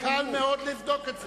קל מאוד לבדוק את זה.